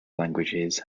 languages